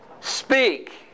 speak